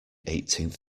eighteenth